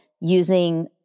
using